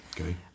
Okay